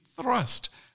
Thrust